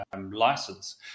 license